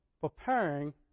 preparing